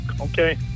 okay